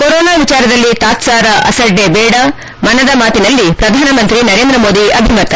corona ವಿಚಾರದಲ್ಲಿ ತಾತ್ಕಾರ ಅಸಡ್ಡೆ ಬೇಡ ಮನದ ಮಾತಿನಲ್ಲಿ ಪ್ರಧಾನ ಮಂತ್ರಿ ನರೇಂದ್ರ ಮೋದಿ ಅಭಿಮತ